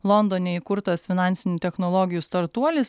londone įkurtas finansinių technologijų startuolis